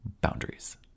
boundaries